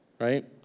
right